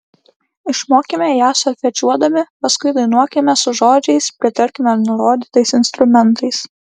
išmokime ją solfedžiuodami paskui dainuokime su žodžiais pritarkime nurodytais instrumentais